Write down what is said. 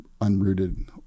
unrooted